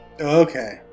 okay